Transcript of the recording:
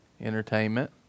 Entertainment